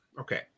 okay